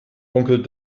onkel